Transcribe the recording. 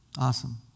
Awesome